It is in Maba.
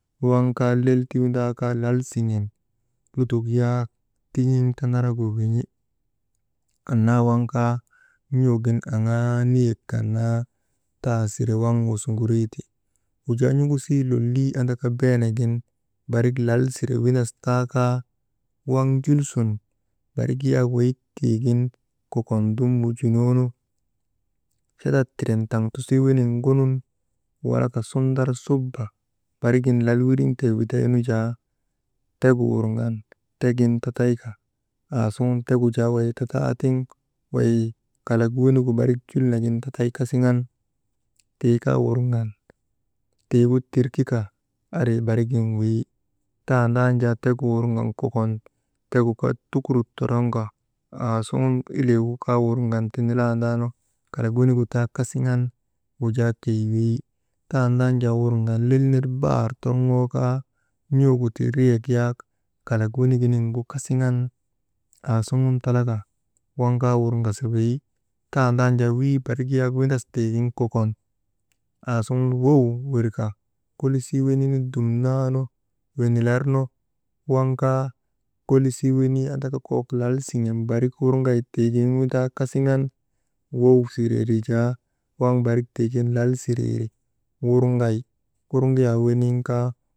Waŋ kaa lel ti windaa kaa lal siŋen lutok yaak tin̰iŋ tanaragu win̰i. Annaa waŋ kaa n̰ugin aŋaa niyek kann naa tasire waŋ wusuŋuriiti. Wujaa n̰ugu sii lollii andaka beenagin barik lal sire windas taakaa, waŋ jul sun barik yak weyik tiigin kokon dum wujunoonu, chatatt siren taŋ sitii weniinun ŋonun walaka sundar suba barigin lal wiriŋ tee wi daynu jaa tegu wurgan tegin tatayka aasuŋun tegu jaa wey tataatiŋ way kalak wenigu barik jul nagin tatay kasiŋan tii kaa wurŋan tiigu tirkika ari barigin weyi, taanda nu jaa tegu wurŋan kokon tegu kot tukuruk torŋka aasuŋun ileegu kaa wurŋan tinilandaanu kalak wenigu taa kasiŋan wujaa keyi weyi, tandaan jaa wurŋan lel ner baar torŋokaa n̰uŋu tii riyek yaak kalak weniginiŋgu kasiŋan aasuŋun talaka waŋ kaa wurŋasa weyi. Tandaanu jaa wii barik windas tiigin kokon aasuŋun wow wirka kolisii weniinu dumnaanu winilarnu waŋ kaa kulisii wenii andaka kok lal siŋen barik wuŋay tii gin windaa kasiŋan wow siseeri jaa waŋ barik tiigin lal sireeri wurŋay kurŋuyaa wenuunu kaa.